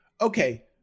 Okay